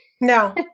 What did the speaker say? No